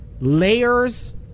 layers